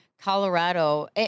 Colorado